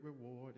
reward